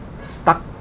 stuck